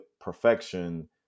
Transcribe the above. perfection